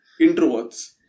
introverts